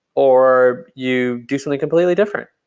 or you do something completely different.